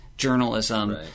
journalism